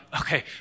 okay